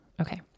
Okay